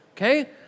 Okay